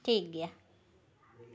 ᱴᱷᱤᱠ ᱜᱮᱭᱟ